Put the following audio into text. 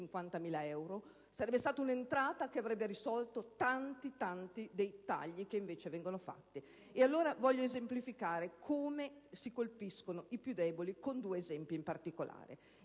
euro? Sarebbe stata un'entrata che avrebbe coperto e sostituito tanti dei tagli che invece vengono fatti. Voglio esemplificare come si colpiscono i più deboli, con due esempi in particolare.